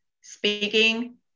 speaking